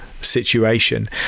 situation